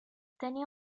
tenía